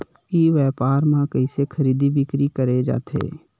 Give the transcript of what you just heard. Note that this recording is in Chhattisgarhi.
ई व्यापार म कइसे खरीदी बिक्री करे जाथे?